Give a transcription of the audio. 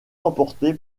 emporter